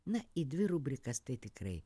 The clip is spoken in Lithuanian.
na į dvi rubrikas tai tikrai